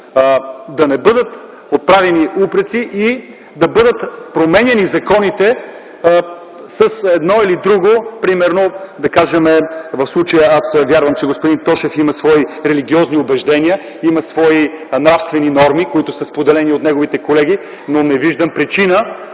да не бъдат отправяни упреци и променяни законите с едно или друго. В случая аз вярвам, че господин Тошев има свои религиозни убеждения, има свои нравствени норми, които са споделени от неговите колеги, но не виждам причина